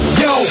yo